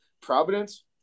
Providence